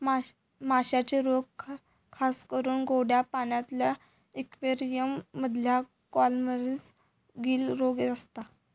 माश्यांचे रोग खासकरून गोड्या पाण्यातल्या इक्वेरियम मधल्या कॉलमरीस, गील रोग असता